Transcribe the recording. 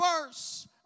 verse